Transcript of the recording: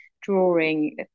drawing